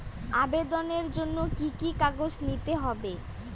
আবেদনের জন্য কি কি কাগজ নিতে হবে?